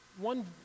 one